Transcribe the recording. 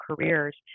careers